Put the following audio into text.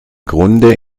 grunde